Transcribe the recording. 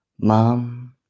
Mom